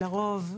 לרוב,